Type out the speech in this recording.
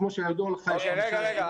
כמו שידוע לך --- רגע רגע,